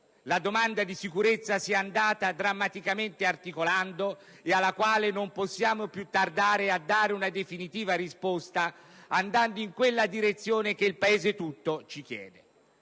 la domanda di sicurezza si è andata drammaticamente articolando e alle quali non possiamo più tardare a dare una definitiva risposta andando in quella direzione che il Paese tutto ci chiede.